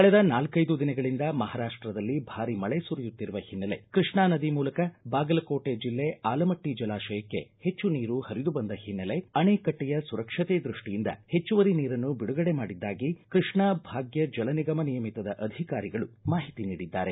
ಕಳೆದ ನಾಲ್ಟೆದು ದಿನಗಳಿಂದ ಮಹಾರಾಷ್ಟದಲ್ಲಿ ಭಾರೀ ಮಳೆ ಸುರಿಯುತ್ತಿರುವ ಹಿನ್ನೆಲೆ ಕೃಷ್ಣಾ ನದಿ ಮೂಲಕ ಬಾಗಲಕೋಟೆ ಜಿಲ್ಲೆ ಆಲಮಟ್ಟ ಜಲಾಶಯಕ್ಕೆ ಹೆಚ್ಚು ನೀರು ಪರಿದು ಬಂದ ಓನ್ನೆಲೆ ಅಣೆಕಟ್ಟೆಯ ಸುರಕ್ಷತೆ ದೃಷ್ಟಿಯಿಂದ ಹೆಚ್ಚುವರಿ ನೀರನ್ನು ಬಿಡುಗಡೆ ಮಾಡಿದ್ದಾಗಿ ಕೃಷ್ಣಾ ಭಾಗ್ಯ ಜಲ ನಿಗಮ ನಿಯಮಿತದ ಅಧಿಕಾರಿಗಳು ಮಾಹಿತಿ ನೀಡಿದ್ದಾರೆ